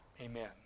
Amen